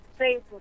Facebook